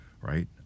right